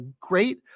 great